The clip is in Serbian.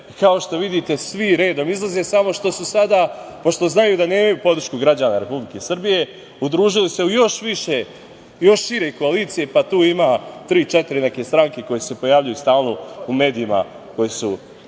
kao što vidite svi redom izlaze, samo što su sada, pošto znaju da nemaju podršku građana Republike Srbije, udružili se u još više, još šire koalicije, pa tu ima tri-četiri neke stranke koje se pojavljuju stalno u medijima koje su